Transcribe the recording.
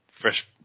Fresh